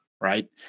right